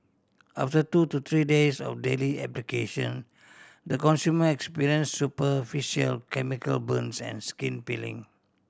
after two to three days of daily application the consumer experience superficial chemical burns and skin peeling